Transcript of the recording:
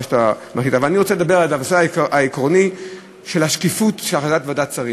אבל אני רוצה לדבר על הנושא העקרוני של השקיפות של החלטת ועדת השרים.